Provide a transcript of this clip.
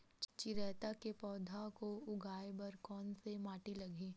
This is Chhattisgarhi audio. चिरैता के पौधा को उगाए बर कोन से माटी लगही?